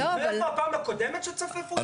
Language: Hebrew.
אתה זוכר איפה הפעם הקודמת שצופפו אותנו?